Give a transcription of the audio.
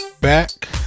back